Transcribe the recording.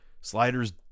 Sliders